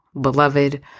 Beloved